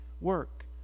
work